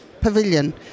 Pavilion